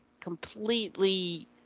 completely